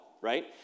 right